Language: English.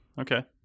Okay